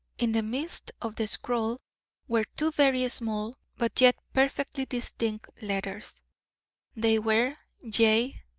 in the midst of the scroll were two very small but yet perfectly distinct letters they were j.